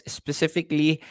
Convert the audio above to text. specifically